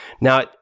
Now